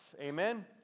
Amen